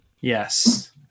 yes